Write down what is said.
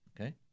okay